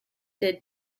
did